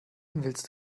willst